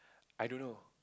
I don't know